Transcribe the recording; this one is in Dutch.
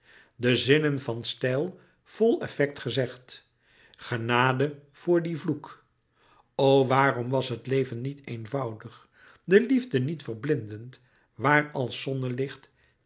de zinnen van stijl vol effect gezegd genade voor dien vloek o waarom was het leven niet eenvoudig de liefde niet verblindend waar als